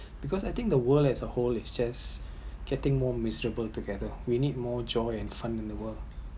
because I think the world as a whole is just getting more miserable together we need more joy and fun in the world